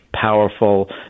powerful